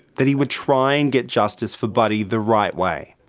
that he would try and get justice for buddy the right way.